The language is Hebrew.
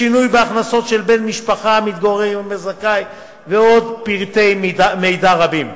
שינוי בהכנסות של בן משפחה המתגורר עם הזכאי ועוד פרטי מידע רבים.